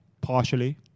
partially